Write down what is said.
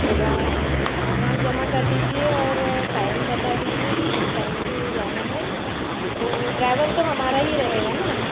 advance advance जमा कर दीजिए और टाइम बता दीजिए कि किस टाइम पर जाना है तो ड्राइवर तो हमारा ही रहेगा न